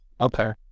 Okay